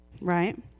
right